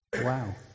Wow